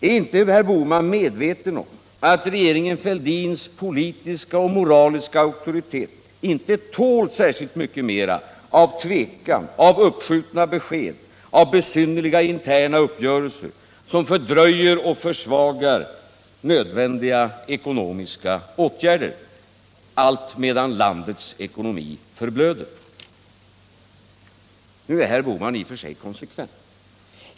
Är inte Gösta Bohman medveten om att regeringen Fälldins politiska och moraliska auktoritet inte tål särskilt mycket mer av tvekan, uppskjutna besked och besynnerliga interna uppgörelser, som fördröjer och försvagar nödvändiga ekonomiska åtgärder, allt medan landets ekonomi förblöder? Nu är herr Bohman i och för sig konsekvent.